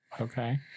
Okay